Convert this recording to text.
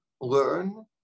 learn